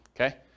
Okay